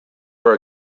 were